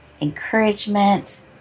encouragement